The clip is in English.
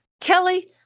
Kelly